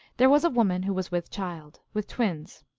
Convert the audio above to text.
there was a woman who was with child, with twins.